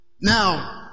Now